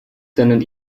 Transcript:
seinen